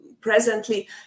presently